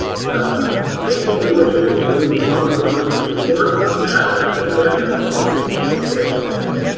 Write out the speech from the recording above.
well basically what you're going to do is you are going to report that and pay that along with your state sales tax.